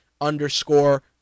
underscore